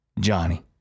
Johnny